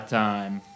time